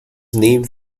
named